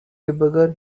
debugger